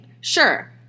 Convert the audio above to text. Sure